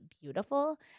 beautiful